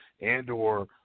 and/or